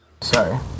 Sorry